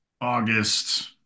August